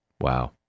Wow